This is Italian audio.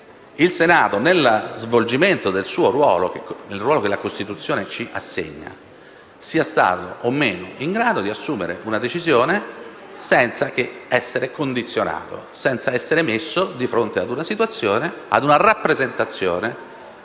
il Senato, nello svolgimento del ruolo che la Costituzione gli assegna, sia stato o no in grado di assumere una decisione senza essere condizionato, senza essere messo di fronte a una rappresentazione